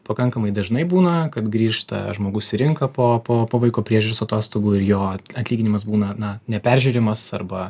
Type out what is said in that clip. pakankamai dažnai būna kad grįžta žmogus į rinką po vaiko priežiūros atostogų ir jo atlyginimas būna na neperžiūrimas arba